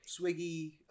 swiggy